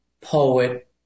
poet